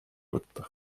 võtta